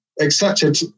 accepted